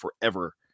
forever